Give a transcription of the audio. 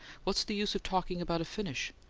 what's the use of talking about a finish?